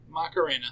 Macarena